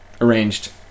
arranged